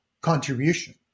contribution